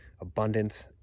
abundance